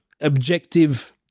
objective